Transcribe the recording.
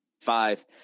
five